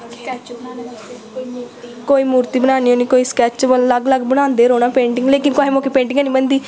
कोई मूर्ती बनानी होनी कोई स्कैच अलग अलग बनांदे रौह्ना पेंटिंग लेकिन कुहै मौकै पेंटिंग हैनी बनदी